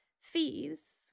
fees